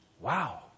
Wow